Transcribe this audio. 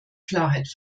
klarheit